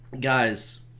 guys